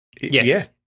Yes